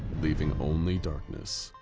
leaving only darkness.